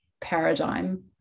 paradigm